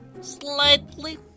Slightly